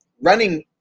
running